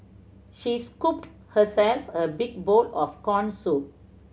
she scooped herself a big bowl of corn soup